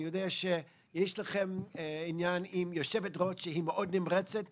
אני יודע שיש לכם עניין עם יושבת-ראש שהיא נמרצת מאוד.